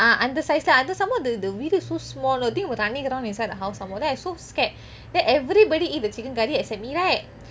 ah அந்த:antha size some more the the வீடு:veedu so small know then they were running around inside the house some more then I was so scared then everybody eat the chicken curry except me right